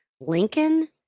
Lincoln